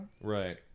right